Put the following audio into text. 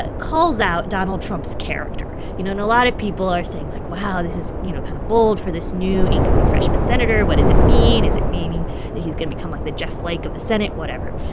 ah calls out donald trump's character. you know, and a lot of people are saying, like, wow. this is, you know, kind of bold for this new, incoming freshman senator. what does it mean? is it meaning that he's going become, like, the jeff flake of the senate? whatever.